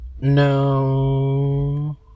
No